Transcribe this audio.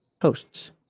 Posts